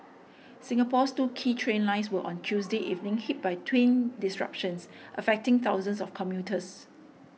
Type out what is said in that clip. Singapore's two key train lines were on Tuesday evening hit by twin disruptions affecting thousands of commuters